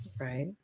Right